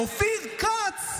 אופיר כץ,